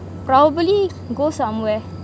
probably go somewhere